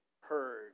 heard